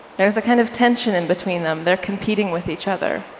there is a kind of tension in between them. they're competing with each other.